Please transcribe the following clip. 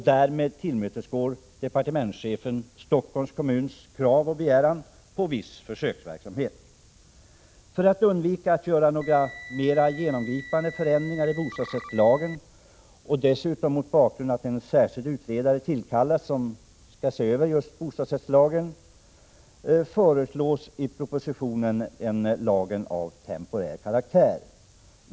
Därmed tillmötesgår departementschefen Stockholms kommuns krav på viss försöksverksamhet. För att undvika att göra några mera genomgripande förändringar i bostadsrättslagen och mot bakgrund av att en särskild utredare tillkallats som skall se över bostadsrättslagen, föreslås i propositionen en lag av temporär karaktär.